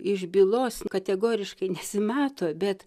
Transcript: iš bylos kategoriškai nesimato bet